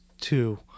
two